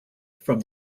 from